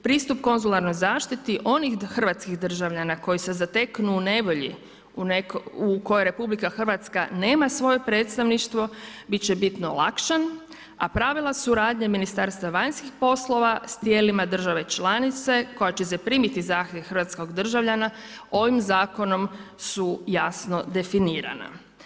Pristup konzularnoj zaštiti onih hrvatskih državljana koji se zateknu u nevolji u kojoj RH nema svoje predstavništvo, bit će bitno olakšan a pravila suradnje MVEP-a s tijelima države članice koja će zaprimiti zahtjev hrvatskog državljana, ovim zakonom su jasno definirana.